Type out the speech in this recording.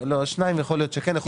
שניים, יכול להיות שכן.